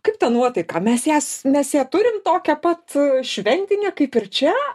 kaip ta nuotaika mes jas mes ją turim tokią pat šventinę kaip ir čia